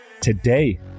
Today